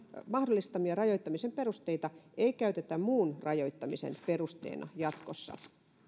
mahdollistamia rajoittamisen perusteita ei käytetä muun rajoittamisen perusteena jatkossa